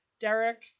Derek